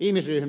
ihmisryhmistä